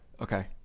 Okay